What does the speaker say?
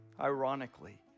ironically